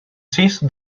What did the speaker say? sis